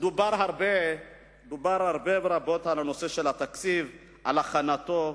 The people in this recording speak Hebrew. דובר הרבה ורבות על נושא התקציב ועל הכנתו,